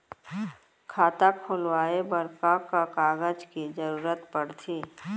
खाता खोलवाये बर का का कागज के जरूरत पड़थे?